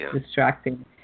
distracting